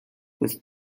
with